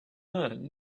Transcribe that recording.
man